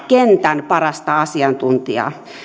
kentän parasta asiantuntijaa